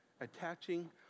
Attaching